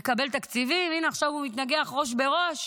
לקבל תקציבים, הינה, עכשיו הוא מתנגח ראש בראש